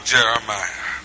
Jeremiah